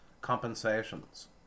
compensations